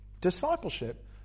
Discipleship